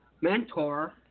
mentor